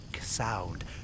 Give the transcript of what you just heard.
sound